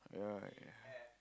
right